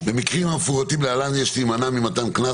"במקרים המפורטים להלן יש להימנע ממתן קנס